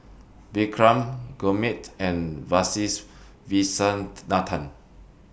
Vikram Gurmeet and Kasiviswanathan